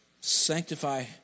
sanctify